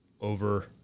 over